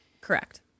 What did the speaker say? Correct